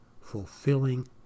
fulfilling